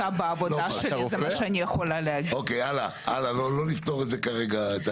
הלאה אנחנו לא נפתור את זה כרגע.